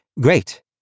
Great